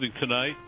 tonight